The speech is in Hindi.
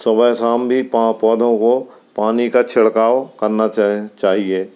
सुबह शाम भी पा पौधों को पानी का छिड़काव करना चाहे चाहिए